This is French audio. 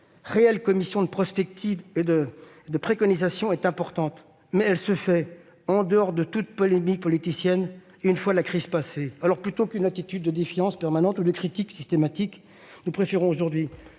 réelle commission de prospectives et de préconisations est importante, mais elle se fait en dehors de toute polémique politicienne et une fois la crise passée. Plutôt qu'une attitude de défiance permanente ou de critique systématique, nous préférons accompagner